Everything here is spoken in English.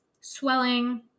swelling